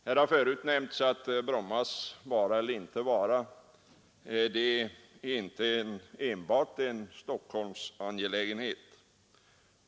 Här har förut nämnts att Brommas vara eller inte vara inte enbart är en Stockholmsangelägenhet.